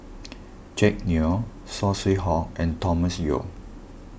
Jack Neo Saw Swee Hock and Thomas Yeo